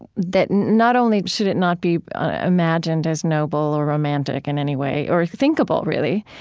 that not only should it not be imagined as noble or romantic in any way, or thinkable, really.